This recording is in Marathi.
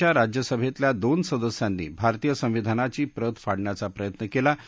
च्या राज्यसभस्तिल्या दोन सदस्यांनी भारतीय संविधानाची प्रत फाडण्याचा प्रयत्न कलि